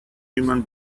human